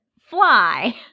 fly